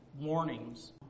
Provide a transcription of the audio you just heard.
warnings